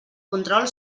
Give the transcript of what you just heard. control